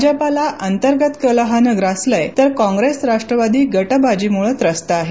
भाजपाला अंतर्गत कलहानं ग्रासलंय तर काँप्रेस राष्ट्रवादी गटबाजीमुळे त्रस्त आहे